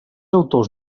autors